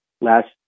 Last